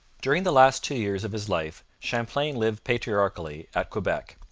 during the last two years of his life champlain lived patriarchally at quebec,